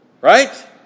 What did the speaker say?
Right